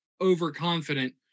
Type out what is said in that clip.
overconfident